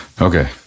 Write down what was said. Okay